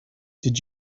did